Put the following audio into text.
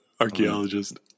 archaeologist